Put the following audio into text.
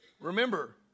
Remember